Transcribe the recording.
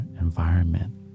environment